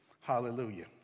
Hallelujah